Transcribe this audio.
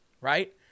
right